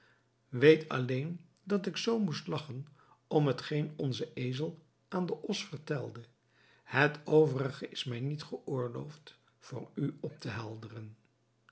weet alleen dat ik zoo moest lagchen om hetgeen onze ezel aan den os vertelde het overige is mij niet geoorloofd voor u op te helderen